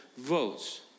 votes